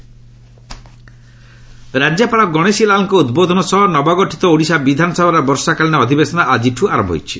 ଓଡ଼ିଶା ଆସେମ୍କି ରାଜ୍ୟପାଳ ଗଣେଶୀଲାଲଙ୍କ ଉଦ୍ବୋଧନ ସହ ନବଗଠିତ ଓଡ଼ିଶା ବିଧାନସଭାର ବର୍ଷାକାଳୀନ ଅଧିବେଶନ ଆଜିଠୁ ଆରମ୍ଭ ହୋଇଛି